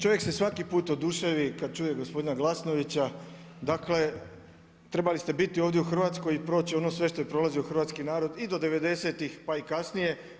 Čovjek se svaki put oduševi kad čuje gospodina Glasnovića, dakle trebali ste biti ovdje u Hrvatskoj i proći ono sve što je prolazio i hrvatski narod i do devedesetih pa i kasnije.